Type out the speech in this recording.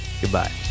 Goodbye